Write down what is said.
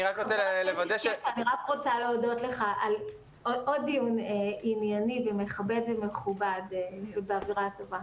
אני רוצה להודות לך על עוד דיון ענייני ומכבד ומכובד ובאווירה טובה.